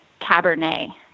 cabernet